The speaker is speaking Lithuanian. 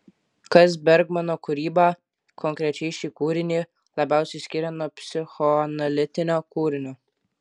kas bergmano kūrybą konkrečiai šį kūrinį labiausiai skiria nuo psichoanalitinio kūrinio